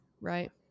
Right